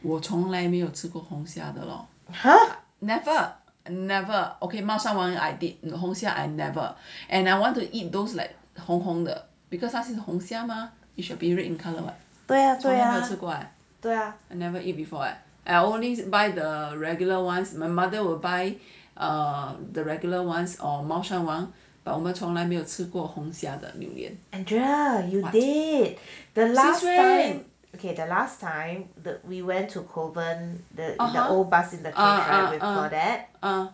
!huh! 对啊对啊 andrea you did the last right okay the last time that we went to kovan the old bus interchange what you call that